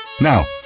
Now